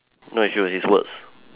not his shoes his words